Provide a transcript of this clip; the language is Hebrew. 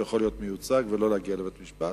הוא יכול להיות מיוצג ולא להגיע לבית-משפט.